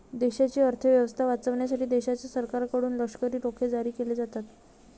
देशाची अर्थ व्यवस्था वाचवण्यासाठी देशाच्या सरकारकडून लष्करी रोखे जारी केले जातात